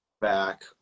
back